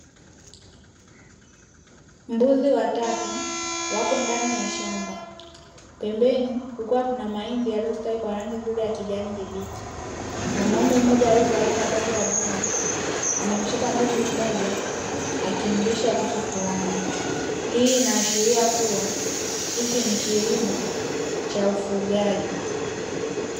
Mbuzi watatu wapo ndani ya shamba, pembeni kukiwa kuna mahindi yaliyostawi kwa rangi nzuri ya kijani kibichi. Mwanaume mmoja aliyevalia mavazi ya bluu, amemshika mbuzi mmoja, akimlisha kitu fulani. Hii inaashiria kuwa, hichi ni kilimo cha ufugaji.